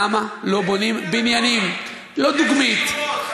שלא יסגור את דברי ויגיד: אסור לפנות ליושב-ראש,